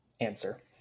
answer